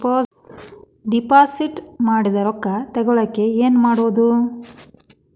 Deposit ಮಾಡಿದ ರೊಕ್ಕ ತಗೋಳಕ್ಕೆ ಏನು ಮಾಡೋದು?